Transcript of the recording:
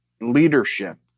leadership